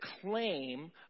claim